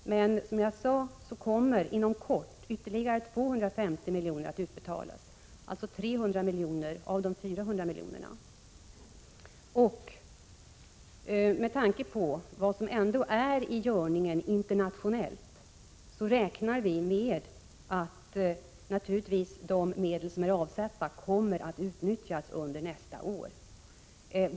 Men som jag sade kommer inom kort över 250 miljoner att utbetalas. Det blir alltså 300 miljoner av de 400 miljonerna. Med tanke på vad som ändå är i görningen internationellt räknar vi med att de medel som är avsatta kommer att utnyttjas under nästa år.